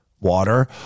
water